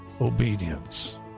obedience